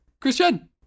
Christian